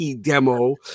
demo